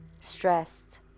stressed